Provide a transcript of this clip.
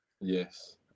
Yes